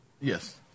Yes